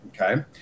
okay